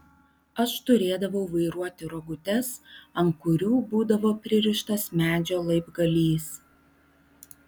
aš turėdavau vairuoti rogutes ant kurių būdavo pririštas medžio laibgalys